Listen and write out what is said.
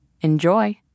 Enjoy